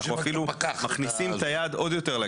אנחנו אפילו מכניסים את היד עוד יותר לכיס.